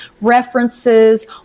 references